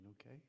okay